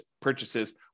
purchases